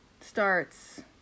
starts